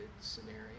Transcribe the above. scenario